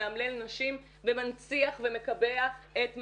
ומאמלל נשים ומנציח ומקבע את מעמדן.